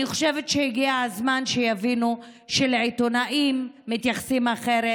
אני חושבת שהגיע הזמן שיבינו שלעיתונאים מתייחסים אחרת,